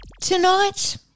Tonight